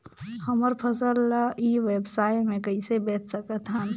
हमर फसल ल ई व्यवसाय मे कइसे बेच सकत हन?